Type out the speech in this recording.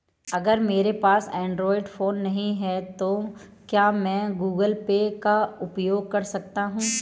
अगर मेरे पास एंड्रॉइड फोन नहीं है तो क्या मैं गूगल पे का उपयोग कर सकता हूं?